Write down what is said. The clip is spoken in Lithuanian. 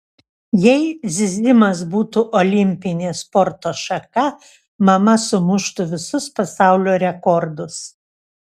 jei zyzimas būtų olimpinė sporto šaka mama sumuštų visus pasaulio rekordus